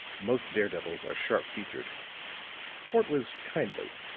most daredevils are sharp-featured fort was kindly.